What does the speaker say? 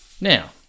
Now